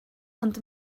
ond